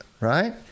right